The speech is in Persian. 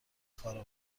فارغ